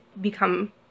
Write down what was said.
become